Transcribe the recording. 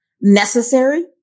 necessary